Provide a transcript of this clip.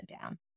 down